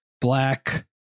Black